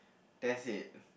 that's it